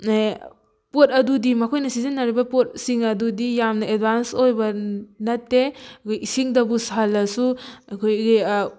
ꯄꯣꯠ ꯑꯗꯨꯗꯤ ꯃꯈꯣꯏꯅ ꯁꯤꯖꯤꯟꯅꯔꯤꯕ ꯄꯣꯠꯁꯤꯡ ꯑꯗꯨꯗꯤ ꯌꯥꯝꯅ ꯑꯦꯠꯚꯥꯟꯁ ꯑꯣꯏꯕ ꯅꯠꯇꯦ ꯑꯩꯈꯣꯏ ꯏꯁꯤꯡꯗꯕꯨ ꯁꯧꯍꯜꯂꯁꯨ ꯑꯩꯈꯣꯏꯒꯤ